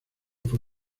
fue